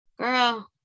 Girl